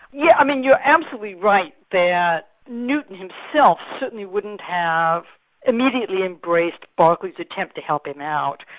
yeah i mean you're absolutely right that newton himself certainly wouldn't have immediately embraced berkeley's attempt to help him out,